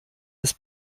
des